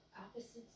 Opposites